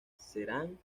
serán